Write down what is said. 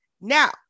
Now